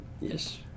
Yes